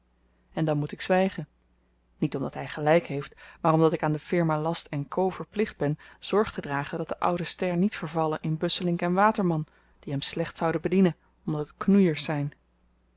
en dan moet ik zwygen niet omdat hy gelyk heeft maar omdat ik aan de firma last co verplicht ben zorgtedragen dat de oude stern niet vervalle in busselinck waterman die hem slecht zouden bedienen omdat het knoeiers zyn